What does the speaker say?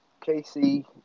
Casey